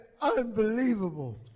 unbelievable